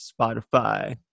Spotify